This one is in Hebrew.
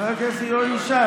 חבר הכנסת ינון ישי,